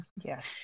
Yes